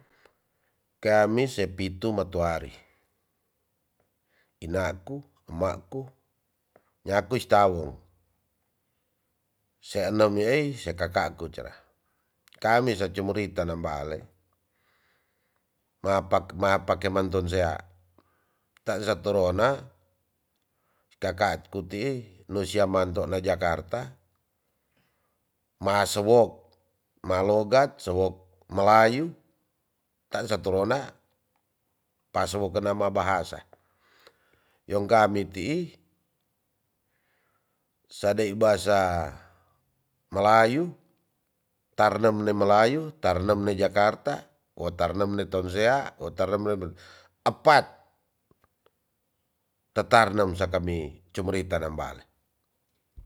Kami sepitu matoari inaku emaku nyaku istawong seenam yaai sekakaku cera kami so cumerita nambale mapakeman tonsea tansa torona kakatku tii nosia manto nai jakarta ma sowok ma logat sowok malayu tansa torona pasowo kena ma bahasa yong gami tii sadei basa malayu tarnem ne malayu tarnem ne jakarta wo tarnem ne tonsea wo tarnem ne apat tetarnem sakami cumerita nambale